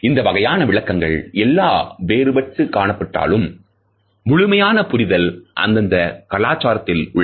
இந்த வகையான விளக்கங்கள் எல்லாம் வேறுபட்டுக் காணப்பட்டாலும் முழுமையான புரிதல் அந்தந்த கலாச்சாரத்தில் உள்ளது